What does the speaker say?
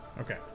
Okay